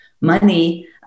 money